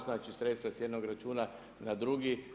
Znači sredstva s jednog računa na drugi.